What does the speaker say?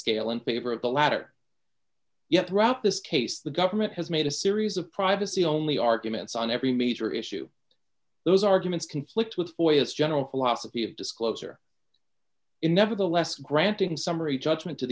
scale in favor of the latter yet throughout this case the government has made a series of privacy only arguments on every major issue those arguments conflict with lawyers general philosophy of disclosure in nevertheless granting summary judgment to